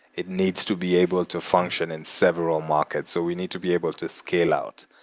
it needs to be able to function in several markets. so we need to be able to scale out.